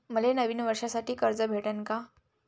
मले नवीन वर्षासाठी कर्ज भेटन का?